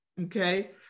Okay